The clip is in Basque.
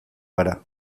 gara